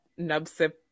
Nubsip